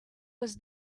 was